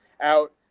out